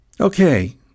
okay